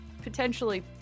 potentially